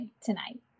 tonight